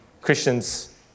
Christians